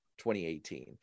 2018